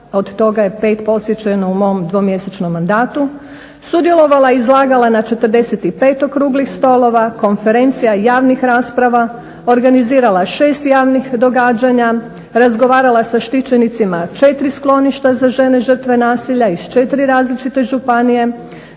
od toga je posjećeno u mom 2-mjesečnom mandatu, sudjelovala i izlagala na 45 okruglih stolova, konferencija, javnih rasprava, organizirala je 6 javnih događanja, razgovarala sa štićenicima 4 skloništa za žene žrtve nasilja iz 4 različite županije,